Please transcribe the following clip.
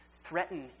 threaten